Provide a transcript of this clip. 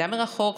למידה מרחוק,